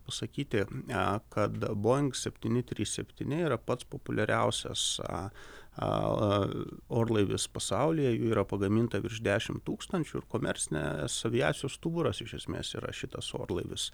pasakyti kad boeing septyni trys septyni yra pats populiariausias orlaivis pasaulyje jų yra pagaminta virš dešim tūkstančių ir komercinės aviacijos stuburas iš esmės yra šitas orlaivis